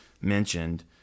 mentioned